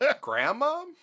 grandma